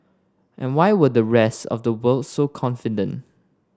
and why were the rest of the world so confident